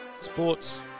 Sports